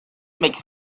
makes